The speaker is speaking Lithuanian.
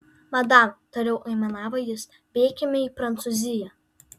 madam toliau aimanavo jis bėkime į prancūziją